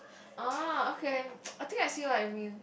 oh okay I think I see what you mean